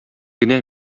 генә